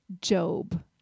Job